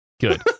good